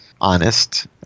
honest